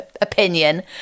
opinion